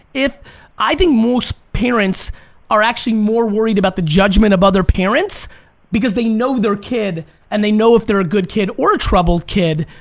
i think most parents are actually more worried about the judgment of other parents because they know their kid and they know if they're a good kid or a troubled kid,